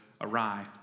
awry